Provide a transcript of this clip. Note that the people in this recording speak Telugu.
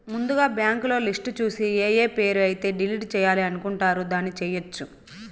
ముందుగా బ్యాంకులో లిస్టు చూసి ఏఏ పేరు అయితే డిలీట్ చేయాలి అనుకుంటారు దాన్ని చేయొచ్చు